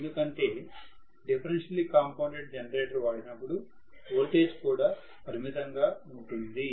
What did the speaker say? ఎందుకంటే differentially compounded generator వాడినపుడు voltage కూడా పరిమితంగా ఉంటుంది